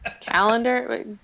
Calendar